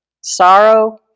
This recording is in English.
Sorrow